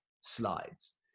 slides